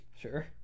Sure